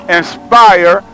inspire